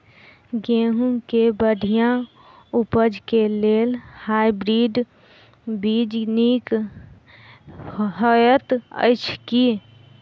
गेंहूँ केँ बढ़िया उपज केँ लेल हाइब्रिड बीज नीक हएत अछि की?